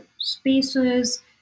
spaces